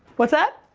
what's that?